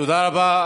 תודה רבה.